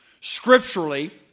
scripturally